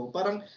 Parang